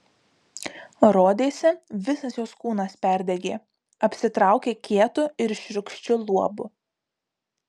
rodėsi visas jos kūnas perdegė apsitraukė kietu ir šiurkščiu luobu